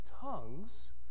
tongues